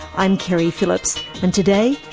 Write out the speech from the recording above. i'm keri phillips and today,